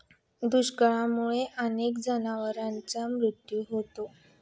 दुष्काळामुळे अनेक जनावरांचा मृत्यू होतो